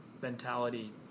mentality